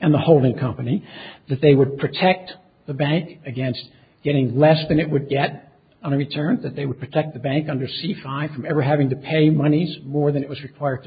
and the holding company that they would protect the bank against getting less than it would get on a return that they would protect the bank under sci fi from ever having to pay money more than it was required to